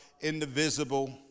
indivisible